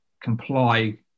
comply